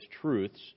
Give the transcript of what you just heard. truths